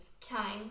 time